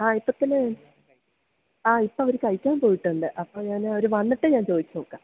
ആ ഇപ്പം പിന്നെ ആ ഇപ്പം അവർ കഴിക്കാൻ പോയിട്ടുണ്ട് അപ്പം ഞാൻ അവർ വന്നിട്ട് ഞാൻ ചോദിച്ചു നോക്കാം